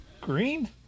green